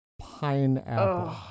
Pineapple